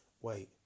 wait